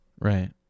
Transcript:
Right